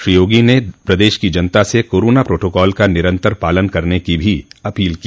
श्री योगी ने प्रदेश की जनता से कोरोना प्रोटोकॉल का निरन्तर पालन करने की भी अपील की